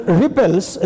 repels